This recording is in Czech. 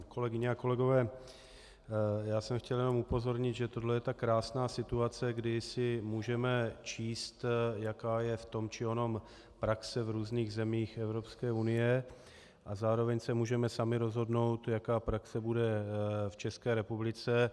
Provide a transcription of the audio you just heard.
Kolegyně a kolegové, chtěl jsem jenom upozornit, že tohle je ta krásná situace, kdy si můžeme číst, jaká je v tom či onom praxe v různých zemích Evropské unie, a zároveň se můžeme sami rozhodnout, jaká praxe bude v České republice.